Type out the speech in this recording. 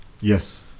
Yes